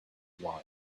wine